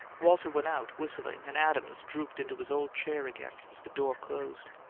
walter went out, whistling and adams drooped into his old chair again as the door closed.